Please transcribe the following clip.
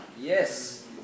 Yes